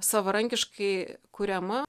savarankiškai kuriama